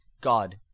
God